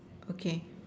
okay